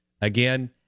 again